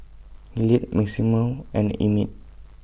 Hilliard Maximo and Emett